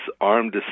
armed